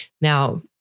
Now